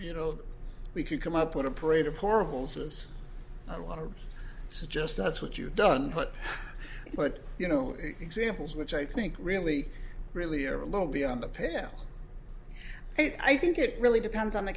you know we could come up with a parade of horribles as i want to suggest that's what you've done but but you know examples which i think really really are a little beyond the pale i think it really depends on the